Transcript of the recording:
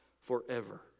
forever